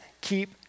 keep